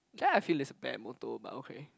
just I feel is a bad motto but okay